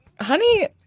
Honey